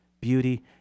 beauty